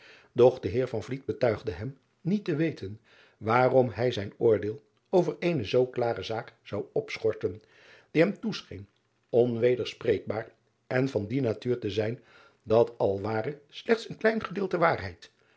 de eer betuigde hem niet te weten waarom hij zijn oordeel over eene zoo klare zaak zou opschorten die hem toescheen onwederspreekbaar en van die natuur te zijn dat al ware slechts een klein gedeelte waarheid